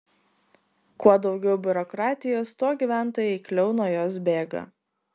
kuo daugiau biurokratijos tuo gyventojai eikliau nuo jos bėga